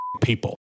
people